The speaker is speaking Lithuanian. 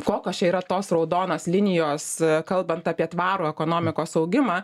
kokios čia yra tos raudonos linijos kalbant apie tvarų ekonomikos augimą